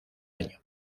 año